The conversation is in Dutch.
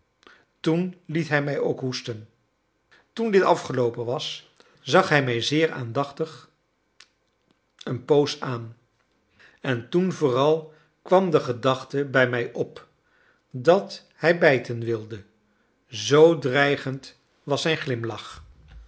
toen liet hij mij ook hoesten toen dit afgeloopen was zag hij mij zeer aandachtig een poos aan en toen vooral kwam de gedachte bij mij op dat hij bijten wilde zoo dreigend was zijn glimlach